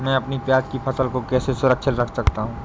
मैं अपनी प्याज की फसल को कैसे सुरक्षित रख सकता हूँ?